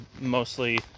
mostly